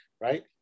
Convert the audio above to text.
right